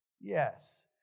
Yes